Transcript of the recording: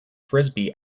frisbee